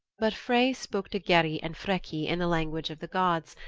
but frey spoke to geri and freki in the language of the gods,